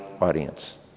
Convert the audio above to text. audience